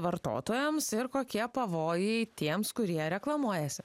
vartotojams ir kokie pavojai tiems kurie reklamuojasi